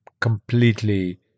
completely